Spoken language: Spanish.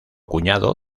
cuñado